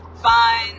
Fine